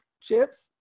chips